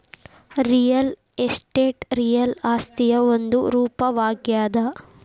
real estate real ಆಸ್ತಿಯ ಒಂದು ರೂಪವಾಗ್ಯಾದ